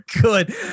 good